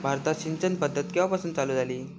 भारतात सिंचन पद्धत केवापासून चालू झाली?